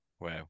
wow